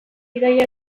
bidaia